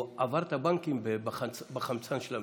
הוא עבר את הבנקים ב"חמצן של המדינה".